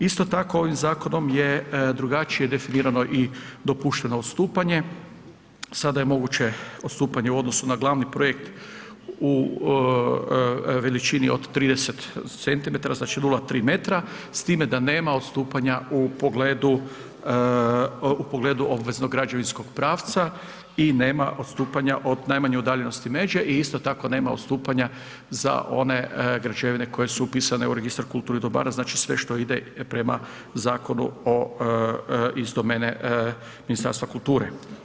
Isto tako, ovim zakonom je drugačije definirano i dopušteno odstupanje sada je moguće odstupanje u odnosu na glavni projekt u veličini od 30 centimetara, znači 0,3m s time da nema odstupanja u pogledu obveznog građevinskog pravca i ne odstupanja od najmanje udaljenosti međe i isto tako nema odstupanja za one građevine koje su upisane u registar kulturnih dobara, znači sve što ide prema zakonu o, iz domene Ministarstva kulture.